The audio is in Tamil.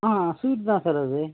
ஆ ஸ்வீட் தான் சார் அது